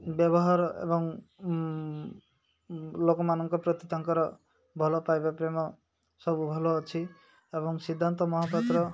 ବ୍ୟବହାର ଏବଂ ଲୋକମାନଙ୍କ ପ୍ରତି ତାଙ୍କର ଭଲ ପାଇବା ପ୍ରେମ ସବୁ ଭଲ ଅଛି ଏବଂ ସିଦ୍ଧାନ୍ତ ମହାପାତ୍ର